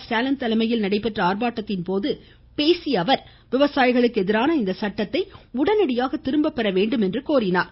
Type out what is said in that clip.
ஸ்டாலின் தலைமையில் நடைபெற்ற ஆர்ப்பாட்டத்தின்போது பேசிய அவர் விவசாயிகளுக்கு எதிரான இந்த சட்டத்தை உடனடியாக திரும்பப்பெற வேண்டும் என்று கோரினார்